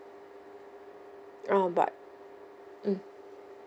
uh but mm